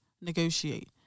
negotiate